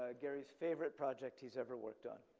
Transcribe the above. ah gerry's favorite project he's ever worked on.